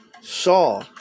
saw